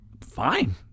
Fine